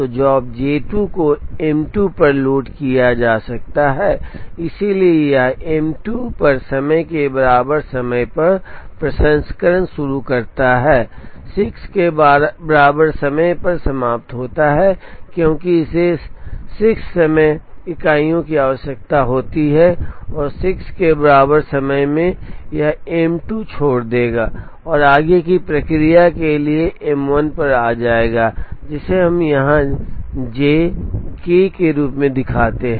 तो job J 2 को M 2 पर लोड किया जा सकता है इसलिए यह एम 2 पर समय के बराबर समय पर प्रसंस्करण शुरू करता है 6 के बराबर समय पर समाप्त होता है क्योंकि इसे 6 समय इकाइयों की आवश्यकता होती है और 6 के बराबर समय में यह एम 2 छोड़ देगा और आगे की प्रक्रिया के लिए एम 1 पर आ जाएगा जिसे हम यहां जे के रूप में दिखाते हैं